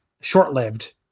short-lived